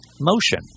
motion